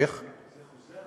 זה חוזר על עצמו.